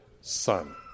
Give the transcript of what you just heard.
son